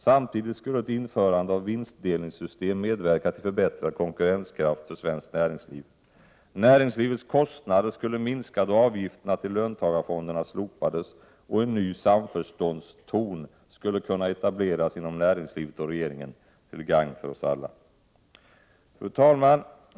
Samtidigt skulle ett införande av vinstdelningssystem medverka till förbättrad konkurrenskraft för svenskt näringsliv. Näringslivets kostnader skulle minska då avgifterna till löntagarfonderna slopades, och en ny samförståndston skulle kunna etableras mellan näringslivet och regeringen, till gagn för oss alla. Fru talman!